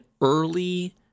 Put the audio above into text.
early—